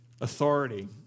authority